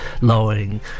lowering